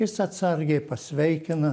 jis atsargiai pasveikina